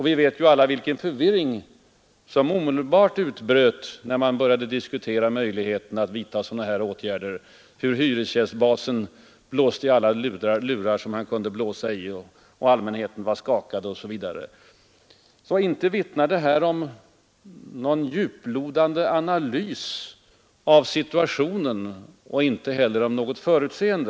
Vi vet ju alla vilken förvirring som omedelbart utbröt när man började diskutera möjligheten att vidta sådana här åtgärder: hyresgästbasen blåste i alla lurar som han kunde blåsa i, allmänheten var skakad osv. Inte vittnar det här om någon djuplodande analys av situationen och inte heller om något förutseende.